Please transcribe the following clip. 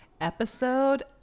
episode